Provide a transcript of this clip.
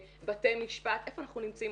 בתי משפט איפה אנחנו נמצאים,